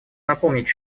напомнить